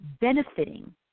benefiting